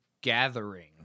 gathering